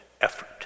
effort